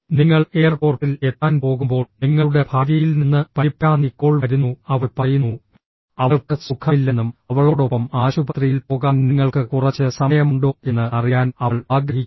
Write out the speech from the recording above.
നിങ്ങൾ എയർപോർട്ടിൽ എത്താൻ പോകുമ്പോൾ നിങ്ങളുടെ ഭാര്യയിൽ നിന്ന് പരിഭ്രാന്തി കോൾ വരുന്നു അവൾ പറയുന്നു അവൾക്ക് സുഖമില്ലെന്നും അവളോടൊപ്പം ആശുപത്രിയിൽ പോകാൻ നിങ്ങൾക്ക് കുറച്ച് സമയമുണ്ടോ എന്ന് അറിയാൻ അവൾ ആഗ്രഹിക്കുന്നു